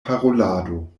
parolado